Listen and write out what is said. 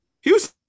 Houston